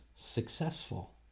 successful